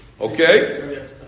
Okay